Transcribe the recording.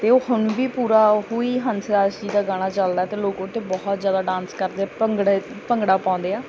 ਅਤੇ ਉਹ ਹੁਣ ਵੀ ਪੂਰਾ ਉਹ ਹੀ ਹੰਸ ਰਾਜ ਜੀ ਦਾ ਗਾਣਾ ਚੱਲਦਾ ਅਤੇ ਲੋਕ ਉਹ 'ਤੇ ਬਹੁਤ ਜ਼ਿਆਦਾ ਡਾਂਸ ਕਰਦੇ ਆ ਭੰਗੜੇ ਭੰਗੜਾ ਪਾਉਂਦੇ ਆ